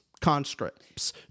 conscripts